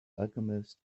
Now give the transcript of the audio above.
alchemist